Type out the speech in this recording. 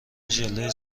ژله